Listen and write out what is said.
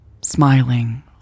Smiling